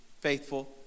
faithful